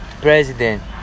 president